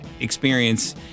experience